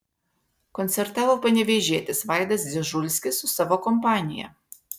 koncertavo panevėžietis vaidas dzežulskis su savo kompanija